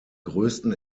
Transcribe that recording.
größten